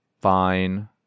fine